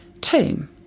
tomb